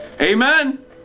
Amen